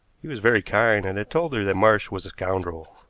he was very kind, and had told her that marsh was a scoundrel.